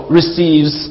receives